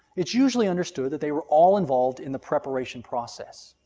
it's usually understood that they were all involved in the preparation process.